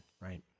right